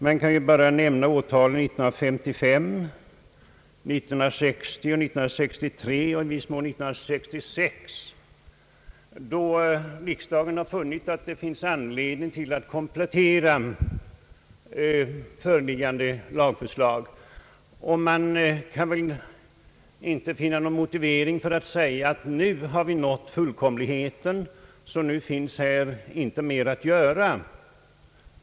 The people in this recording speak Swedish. Man kan bara nämna årtalen 1955, 1960, 1963 och i viss mån 1966, då riksdagen har funnit anledning att komplettera föreliggande lagförslag. Man kan väl inte finna någon motivering för att säga, att vi nu har nått fullkomligheten så att det här inte finns mer att göra.